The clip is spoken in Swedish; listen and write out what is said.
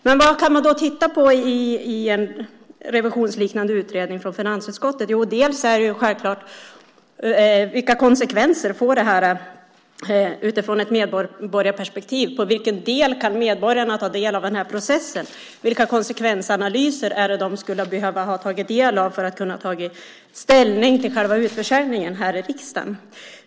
Men vad kan man titta på i en revisionsliknande utredning från finansutskottet? Bland annat kan man titta på vilka konsekvenser som detta får utifrån ett medborgarperspektiv. I vilken del kan medborgarna ta del av denna process? Vilka konsekvensanalyser skulle de ha behövt ta del av för att man skulle kunna ta ställning till själva utförsäljningen här i riksdagen?